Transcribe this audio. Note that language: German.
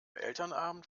elternabend